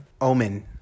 Omen